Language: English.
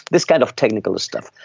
this kind of technical stuff.